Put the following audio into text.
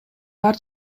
бар